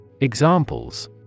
Examples